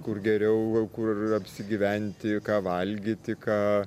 kur geriau kur apsigyventi ką valgyti ką